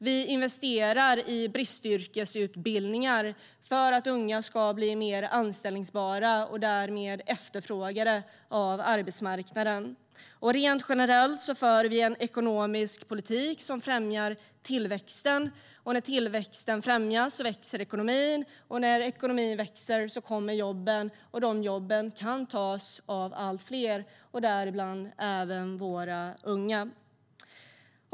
Vi investerar i bristyrkesutbildningar för att unga ska bli mer anställbara och därmed efterfrågade av arbetsmarknaden. Generellt för vi en ekonomisk politik som främjar tillväxten. Och när tillväxten främjas växer ekonomin. När ekonomin växer kommer jobben. Och de jobben kan tas av allt fler, däribland även våra unga.